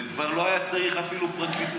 וכבר לא היה צריך אפילו פרקליטות,